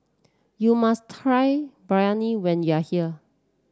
you must try Biryani when you are here